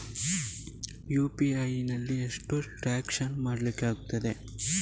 UPI ನಲ್ಲಿ ಎಷ್ಟು transaction ಮಾಡ್ಲಿಕ್ಕೆ ಆಗ್ತದೆ?